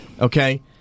Okay